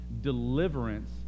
Deliverance